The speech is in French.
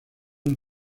une